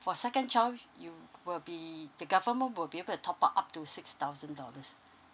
for second child you will be the government will be able to top up up to six thousand dollars